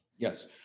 Yes